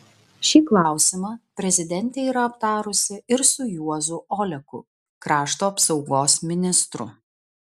šį klausimą prezidentė yra aptarusi ir su juozu oleku krašto apsaugos ministru